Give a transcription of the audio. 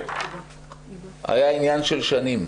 הייתה עניין של שנים.